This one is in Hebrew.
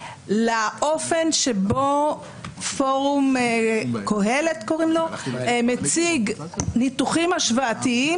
לאופן שבו פורום קהלת מציג ניתוחים השוואתיים